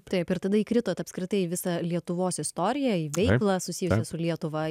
taip ir tada įkritot apskritai į visą lietuvos istorija į veiklą susijusią su lietuva